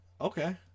okay